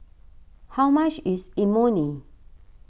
how much is Imoni